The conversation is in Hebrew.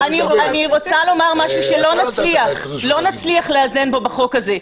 אני רוצה לומר משהו שלא נצליח לאזן בו בחוק הזה,